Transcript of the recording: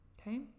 okay